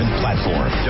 platform